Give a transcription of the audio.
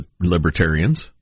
libertarians